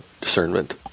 discernment